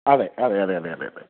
അതെ അതെ അതെ അതെ അതെ അതെ